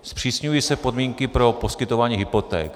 Zpřísňují se podmínky pro poskytování hypoték.